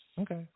okay